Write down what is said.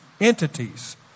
entities